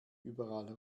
überall